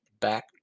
back